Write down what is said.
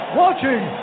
watching